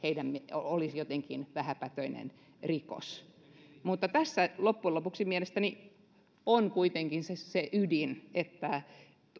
olisi jotenkin vähäpätöinen rikos mutta tässä loppujen lopuksi mielestäni on kuitenkin se se ydin että